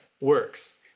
works